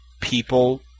people